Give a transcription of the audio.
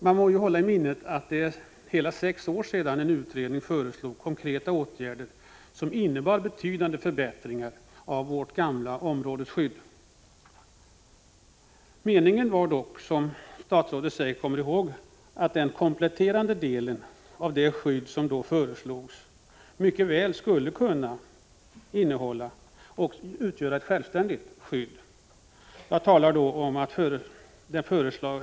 Man må ju hålla i minnet att det är hela sex år sedan en utredning föreslog konkreta åtgärder, som innebar betydande förbättringar av vårt gamla områdesskydd. Meningen var dock, som statsrådet säkert kommer ihåg, att den kompletterande delen av det skydd som då föreslogs mycket väl skulle kunna utgöra ett självständigt skydd.